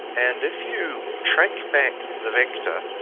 and if you trace back the vector,